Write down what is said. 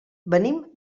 venim